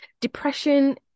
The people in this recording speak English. depression